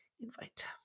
invite